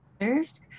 others